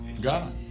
God